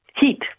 Heat